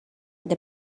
the